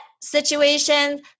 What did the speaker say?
situations